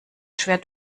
schwer